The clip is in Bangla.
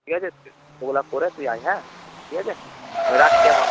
ঠিক আছে ওগুলা করে তুই আয় হ্যাঁ ঠিক আছে আমি রাখছি এখন